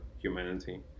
humanity